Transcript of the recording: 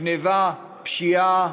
גנבה ופשיעה